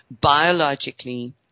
biologically